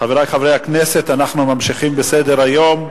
חברי חברי הכנסת, אנחנו ממשיכים בסדר-היום.